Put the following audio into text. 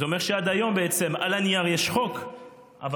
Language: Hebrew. זה אומר שעד היום יש חוק על הנייר,